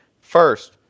First